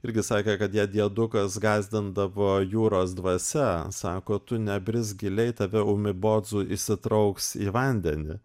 irgi sakė kad ją diedukas gąsdindavo jūros dvasia sako tu nebrisk giliai tave umibodzu įsitrauks į vandenį